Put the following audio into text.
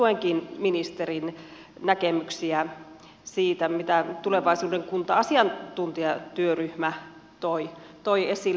tuenkin ministerin näkemyksiä siitä mitä tulevaisuuden kunta asiantuntijatyöryhmä toi esille